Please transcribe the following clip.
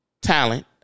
talent